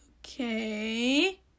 okay